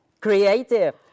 Creative